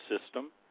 system